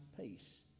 peace